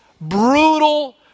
brutal